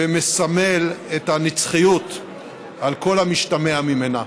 ומסמל את הנצחיות על כל המשתמע ממנה.